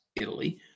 Italy